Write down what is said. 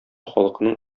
халкының